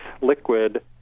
liquid